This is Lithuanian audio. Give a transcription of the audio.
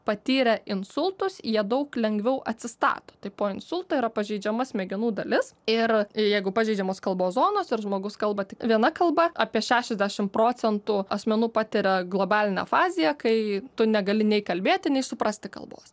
patyrę insultus jie daug lengviau atsistato tai po insulto yra pažeidžiama smegenų dalis ir jeigu pažeidžiamos kalbos zonos ir žmogus kalba tik viena kalba apie šešiasdešim procentų asmenų patiria globalinę afaziją kai tu negali nei kalbėti nei suprasti kalbos